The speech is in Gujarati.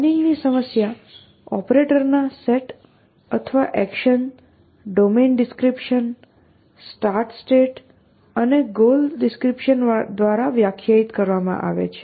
પ્લાનિંગ ની સમસ્યા ઓપરેટરોના સેટ અથવા actions domain description start state અને ગોલ ડિસ્ક્રિપ્શન દ્વારા વ્યાખ્યાયિત કરવામાં આવે છે